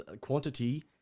quantity